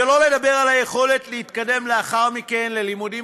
שלא לדבר על היכולת להתקדם לאחר מכן ללימודם